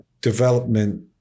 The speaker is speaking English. development